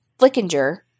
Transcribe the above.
Flickinger